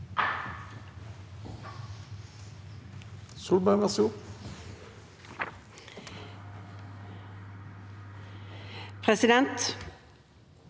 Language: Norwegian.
Presidenten